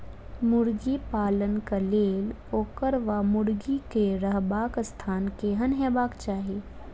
मुर्गी पालन केँ लेल ओकर वा मुर्गी केँ रहबाक स्थान केहन हेबाक चाहि?